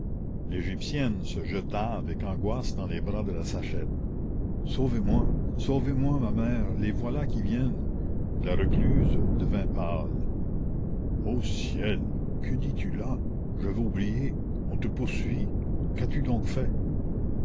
l'égyptienne se jeta avec angoisse dans les bras de la sachette sauvez-moi sauvez-moi ma mère les voilà qui viennent la recluse devint pâle ô ciel que dis-tu là j'avais oublié on te poursuit qu'as-tu donc fait